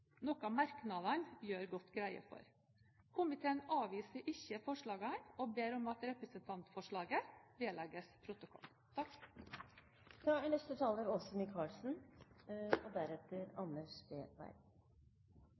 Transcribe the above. noe merknadene gjør godt greie for. Komiteen avviser ikke forslagene og ber om at representantforslaget vedlegges protokollen.